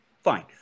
fine